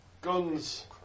Guns